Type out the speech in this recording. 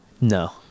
No